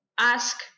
ask